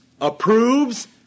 approves